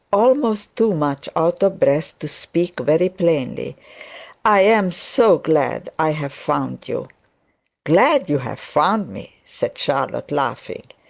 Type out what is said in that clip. almost too much out of breath to speak very plainly i am so glad i have found you glad you have found me said charlotte, laughing,